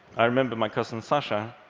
i remember my cousin sasha,